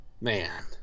man